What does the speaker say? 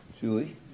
Julie